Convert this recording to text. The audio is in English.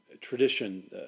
tradition